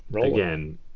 again